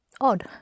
Odd